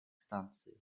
станции